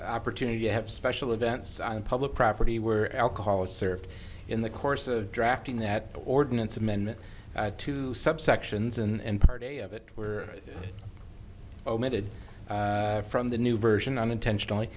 opportunity to have special events on public property where alcohol is served in the course of drafting that ordinance amendment to subsections and party of it where omitted from the new version unintentionally